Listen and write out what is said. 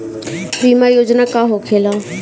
बीमा योजना का होखे ला?